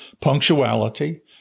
punctuality